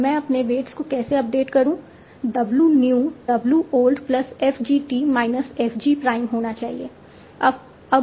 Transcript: और मैं अपने वेट्स को कैसे अपडेट करूं W new W old plus f G t minus f G prime होना चाहिए अब f G t क्या है